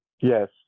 Yes